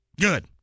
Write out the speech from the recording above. Good